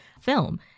film